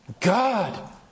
God